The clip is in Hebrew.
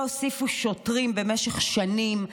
לא הוסיפו שוטרים במשך שנים,